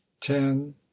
ten